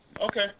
Okay